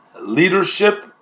leadership